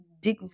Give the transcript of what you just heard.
dig